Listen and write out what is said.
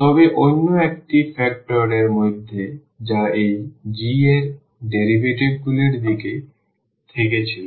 তবে অন্য একটি ফ্যাক্টর এর মধ্যে যা এই g এর ডেরিভেটিভগুলির দিক থেকে ছিল